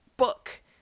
Book